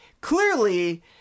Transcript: clearly